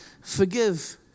forgive